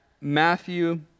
Matthew